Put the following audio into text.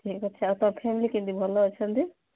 ଠିକ୍ ଅଛି ଆଉ ତୁମ ଫ୍ୟାମିଲି କେମିତି ଭଲ ଅଛନ୍ତି